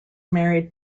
married